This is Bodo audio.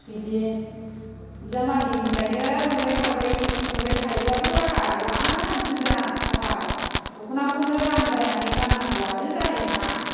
बिदि बिजामादैनिफ्रायनो मोनबाय थाबाय मोनबाय थायोबाथ' आंहा बिराद मोजां खाफाल दखनाखौनो आं बायनानै गाननांगौआनो जानाय नङा